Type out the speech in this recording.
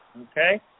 Okay